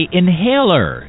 inhaler